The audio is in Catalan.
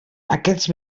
aquests